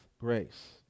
grace